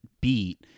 beat